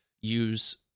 use